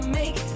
make